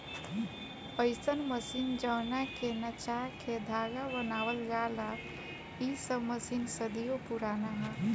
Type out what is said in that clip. अईसन मशीन जवना के नचा के धागा बनावल जाला इ सब मशीन सदियों पुराना ह